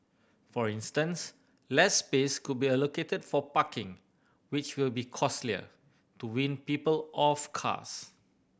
for instance less space could be allocated for parking which will be costlier to wean people off cars